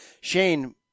Shane